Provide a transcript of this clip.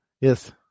yes